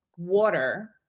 water